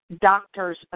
doctors